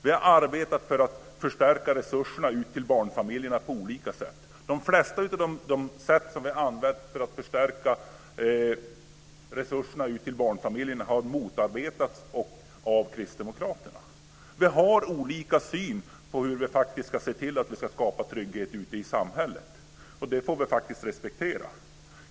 Vi har arbetat för att förstärka resurserna till barnfamiljerna på olika sätt. De flesta av de sätt som vi har använt för att förstärka resurserna till barnfamiljerna har motarbetats av Vi har olika syn på hur vi faktiskt ska se till att skapa trygghet i samhället. Det får vi faktiskt respektera.